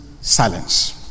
silence